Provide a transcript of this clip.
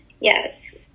yes